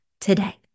today